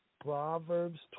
Proverbs